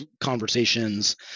conversations